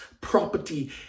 property